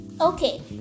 Okay